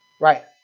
right